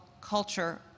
culture